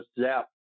zap